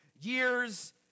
years